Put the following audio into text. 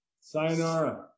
Sayonara